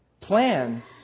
plans